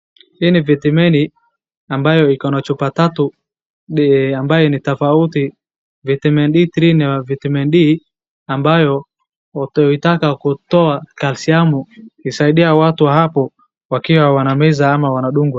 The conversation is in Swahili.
Hii ni vitamini ambayo iko na chupa tatu ambaye ni tofauti, vitamin D3 na vitamin D ambayo ikitaka kutoa kalsiamu ikisaidia watu hapo wakiwa wanameza au wanadungwa.